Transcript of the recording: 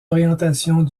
orientations